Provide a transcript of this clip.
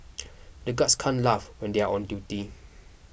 the guards can't laugh when they are on duty